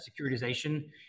securitization